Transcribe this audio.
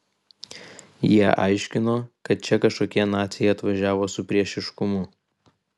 jie aiškino kad čia kažkokie naciai atvažiavo su priešiškumu